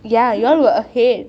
ya you all were ahead